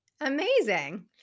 Amazing